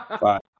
five